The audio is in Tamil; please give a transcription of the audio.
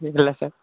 இல்லைல்ல சார்